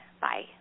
Bye